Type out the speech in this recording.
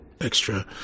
extra